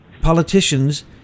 politicians